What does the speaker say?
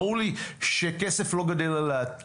ברור לי שכסף לא גדל על העצים.